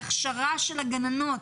להכשרה של הגננות.